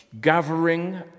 gathering